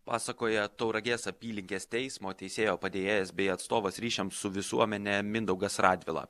pasakoja tauragės apylinkės teismo teisėjo padėjėjas bei atstovas ryšiams su visuomene mindaugas radvila